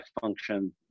function